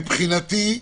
מבחינתי,